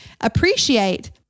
appreciate